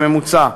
בממוצע,